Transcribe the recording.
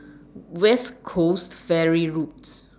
West Coast Ferry Road